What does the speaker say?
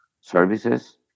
services